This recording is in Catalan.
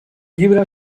llibre